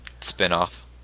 spin-off